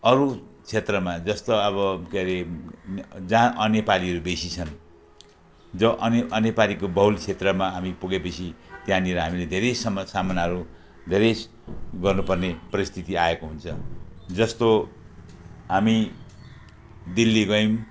अरू क्षेत्रमा जस्तो अब के अरे जहाँ अनेपालीहरू बेसी छन् जो अने अनेपालीको बहुल क्षेत्रमा हामी पुगेपछि त्यहाँनिर हामीले धेरै सम सामनाहरू धेरै गर्नुपर्ने परिस्थिति आएको हुन्छ जस्तो हामी दिल्ली गयौँ